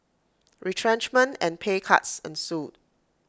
retrenchment and pay cuts ensued